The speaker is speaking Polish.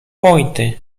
pointy